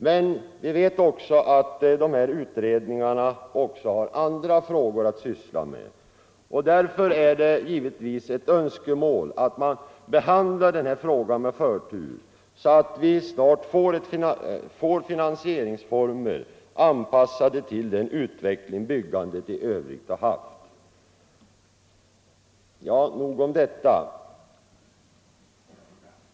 Men vi vet att dessa utredningar också har andra frågor att syssla med, och därför är det ett önskemål att man behandlar den här frågan med förtur, så att vi snart får finansieringsformer anpassade till den utveckling byggandet i övrigt har genomgått.